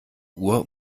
uhr